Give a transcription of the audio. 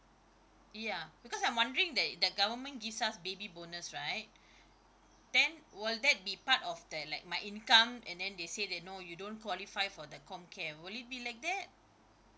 yeah because I'm wondering that the government gives us baby bonus right then will that be part of that like my income and then they say that no you don't qualify for the com care will it be like that